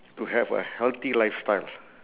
to have a healthy lifestyle